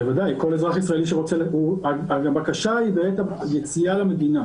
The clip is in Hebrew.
בוודאי, הבקשה היא בעת היציאה למדינה